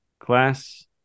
Class